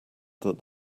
that